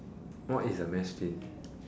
what is a mess tin